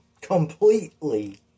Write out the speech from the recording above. completely